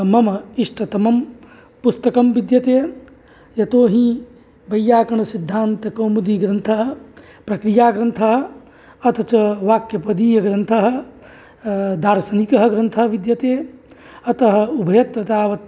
मम इष्टतमं पुस्तकं विद्यते यतोहि वैयाकरणसिद्धान्तकौमुदीग्रन्थः प्रक्रियाग्रन्थः अथ च वाक्यपदीयग्रन्थः दार्शनिकः ग्रन्थः विद्यते अतः उभयत्र तावत्